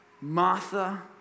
Martha